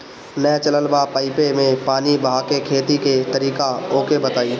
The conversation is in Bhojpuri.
नया चलल बा पाईपे मै पानी बहाके खेती के तरीका ओके बताई?